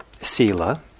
Sila